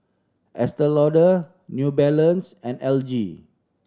Estee Lauder New Balance and L G